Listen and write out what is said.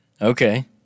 okay